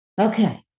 Okay